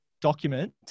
document